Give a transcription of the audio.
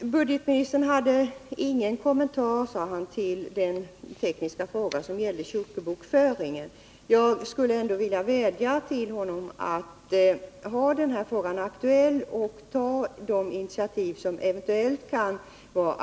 Budgetministern hade ingen kommentar, sade han, till den tekniska fråga som gällde kyrkobokföringen. Jag skulle ändå vilja vädja till budgetministern att hålla den här frågan aktuell och ta de initiativ som eventuellt kan behövas.